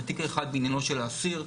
תיק האחד בעניינו של האסיר,